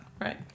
Right